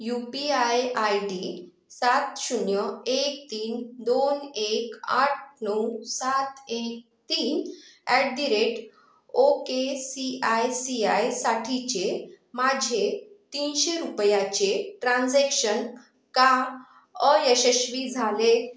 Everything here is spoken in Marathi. यू पी आय आयडी सात शून्य एक तीन दोन एक आठ नऊ सात एक तीन at the rate O K C I C आयसाठीचे माझे तीनशे रुपयाचे ट्रान्झॅक्शन का अयशस्वी झाले